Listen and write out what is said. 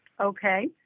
Okay